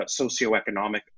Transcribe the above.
socioeconomic